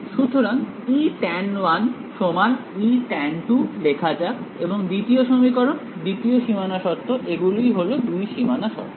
সুতরাং Etan1 Etan2 লেখা যাক এবং দ্বিতীয় সমীকরণ দ্বিতীয় সীমানা সূত্র এগুলোই হল দুই সীমানা সূত্র